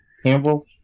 Campbell